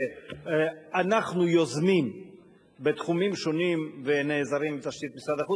שאנחנו יוזמים בתחומים שונים ונעזרים בתשתית משרד החוץ.